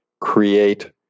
create